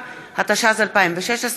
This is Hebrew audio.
התשע"ז 2016, נתקבל.